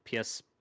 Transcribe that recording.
ps